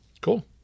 Cool